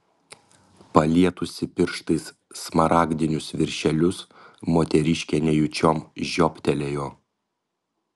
palietusi pirštais smaragdinius viršelius moteriškė nejučiom žioptelėjo